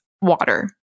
water